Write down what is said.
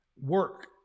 work